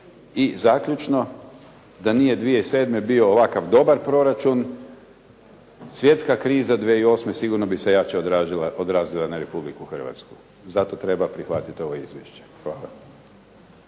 I zaključno. Da nije 2007. bio ovakav dobar proračun, svjetska kriza 2008. sigurno bi se jače odrazila na Republiku Hrvatsku, zato treba prihvatiti ovo izvješće. Hvala.